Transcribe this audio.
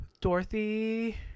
Dorothy